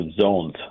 zones